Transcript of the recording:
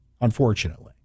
unfortunately